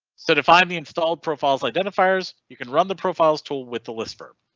so to find the installed profiles identifiers, you can run the profiles tool with the list for.